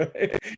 right